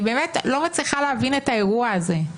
אני באמת לא מצליחה להבין את האירוע הזה.